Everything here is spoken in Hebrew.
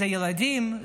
הילדים,